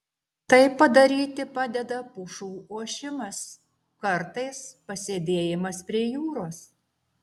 tai padaryti padeda pušų ošimas kartais pasėdėjimas prie jūros